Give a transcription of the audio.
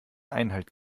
einhalt